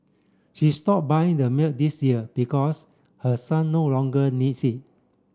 she stop buying the milk this year because her son no longer needs it